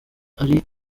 ari